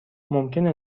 ممکنه